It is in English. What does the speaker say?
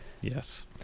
Yes